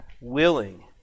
willing